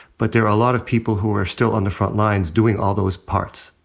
but there are a lot of people who are still on the frontlines doing all those parts.